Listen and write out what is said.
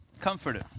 comforter